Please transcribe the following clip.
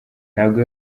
ntabwo